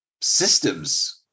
systems